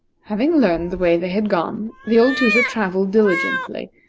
having learned the way they had gone, the old tutor travelled diligently,